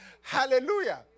Hallelujah